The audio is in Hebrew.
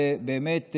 ובאמת,